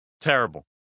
Terrible